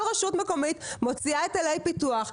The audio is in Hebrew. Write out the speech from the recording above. כל רשות מקומית מוציאה היטלי פיתוח.